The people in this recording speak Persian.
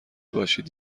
باشید